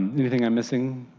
anything i am missing?